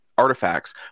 Artifacts